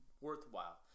worthwhile